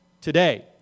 today